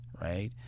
right